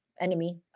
enemy